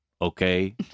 Okay